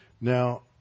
Now